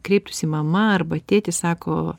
kreiptųsi mama arba tėti sako